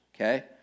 okay